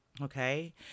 Okay